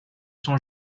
sont